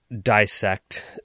dissect